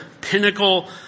pinnacle